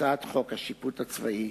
הצעת חוק השיפוט הצבאי